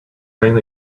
rain